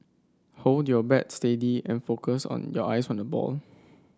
hold your bat steady and focus on your eyes on the ball